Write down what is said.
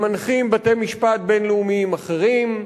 הם מנחים בתי-משפט בין-לאומיים אחרים,